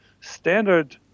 standard